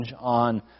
on